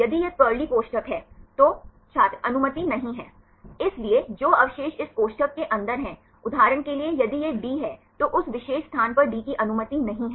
यदि यह कर्ली कोष्ठक है तो छात्र अनुमति नहीं है इसलिए जो अवशेष इस कोष्ठक के अंदर हैं उदाहरण के लिए यदि यह D है तो उस विशेष स्थान पर D की अनुमति नहीं है